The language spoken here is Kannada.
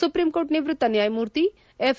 ಸುಪ್ರೀಂಕೋರ್ಟ್ ನಿವೃತ್ತ ನ್ಯಾಯಮೂರ್ತಿ ಎಫ್